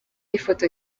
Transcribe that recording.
ifoto